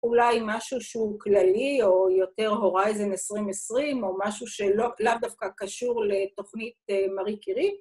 אולי משהו שהוא כללי, או יותר הורייזן 2020, או משהו שלא דווקא קשור לתוכנית מרי קרי.